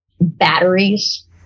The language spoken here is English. Batteries